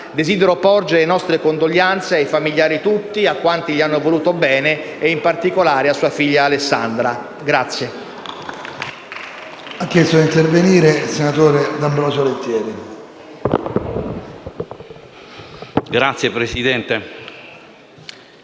desidero porgere le nostre condoglianze ai familiari tutti, a quanti gli hanno voluto bene e in particolare a sua figlia Alessandra.